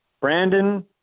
Brandon